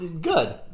good